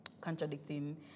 contradicting